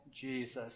Jesus